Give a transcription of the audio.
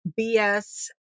BS